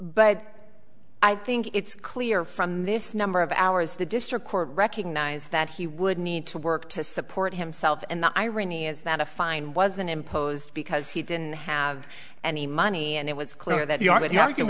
but i think it's clear from this number of hours the district court recognized that he would need to work to support himself and the irony is that a fine wasn't imposed because he didn't have any money and it was clear that you are